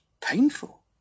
painful